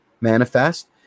manifest